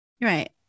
Right